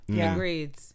Agreed